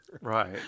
Right